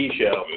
show